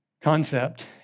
concept